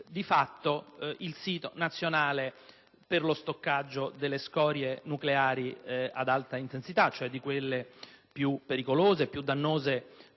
di fatto, il sito nazionale per lo stoccaggio delle scorie nucleari ad alta intensità, cioè di quelle più pericolose e dannose